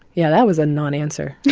yeah, that was a nonanswer